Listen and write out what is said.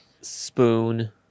Spoon